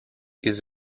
his